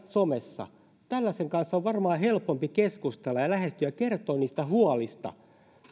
somessa tällaisen kanssa on varmaan helpompi keskustella ja lähestyä ja kertoa niistä huolista